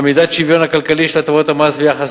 אמידת שוויין הכלכלי של הטבות המס ביחס